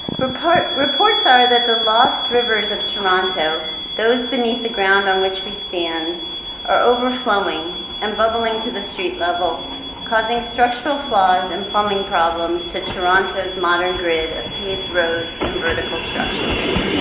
reports reports are that the lost rivers of toronto, those beneath the ground on which we stand are overflowing and bubbling to the street level causing structural flaws and plumbing problems to toronto's modern grid of paved roads and vertical structures.